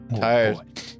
Tired